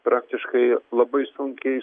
praktiškai labai sunkiai